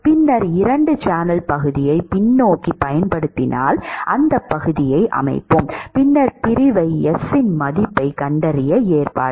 பின்னர் இரண்டு சேனல் பகுதியைப் பின்னோக்கி பயன்படுத்தினால் அந்த பகுதியை அமைப்போம் பின்னர் பிரிவை S இன் மதிப்பைக் கண்டறிய ஏற்பாடு செய்வோம்